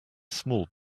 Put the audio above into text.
small